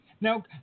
Now